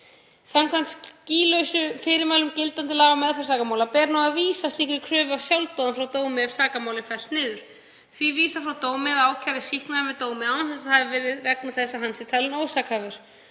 Samkvæmt skýlausum fyrirmælum gildandi laga um meðferð sakamála ber nú að vísa slíkri kröfu af sjálfsdáðum frá dómi ef sakamál er fellt niður, því vísað frá dómi eða ákærði sýknaður með dómi án þess að það hafi verið vegna þess að hann sé talinn ósakhæfur.